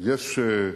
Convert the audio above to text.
יש,